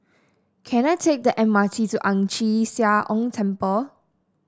can I take the M R T to Ang Chee Sia Ong Temple